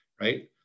right